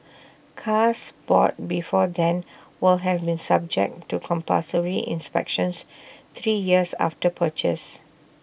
cars bought before then will have been subject to compulsory inspections three years after purchase